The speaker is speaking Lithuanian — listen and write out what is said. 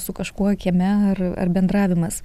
su kažkuo kieme ar ar bendravimas